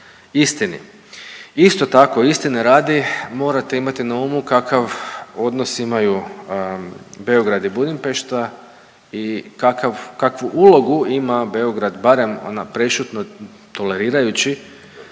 istini. Isto tako istine radi morate imati na umu kakav odnos imaju Beograd i Budimpešta i kakav, kakvu ulogu ima Beograd, barem ona prešutno tolerirajući,